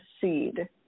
seed